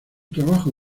trabajo